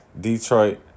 Detroit